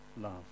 love